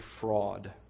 fraud